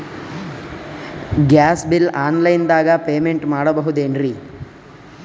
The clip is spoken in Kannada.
ಗ್ಯಾಸ್ ಬಿಲ್ ಆನ್ ಲೈನ್ ದಾಗ ಪೇಮೆಂಟ ಮಾಡಬೋದೇನ್ರಿ?